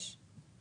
יש.